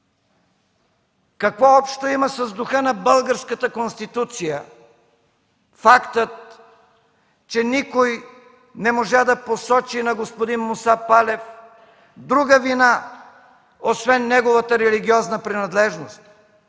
Какво общо има с духа на Българската конституция фактът, че никой не можа да посочи на господин Муса Палев друга вина, освен неговата религиозна принадлежност?